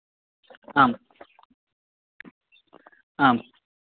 आम् आम्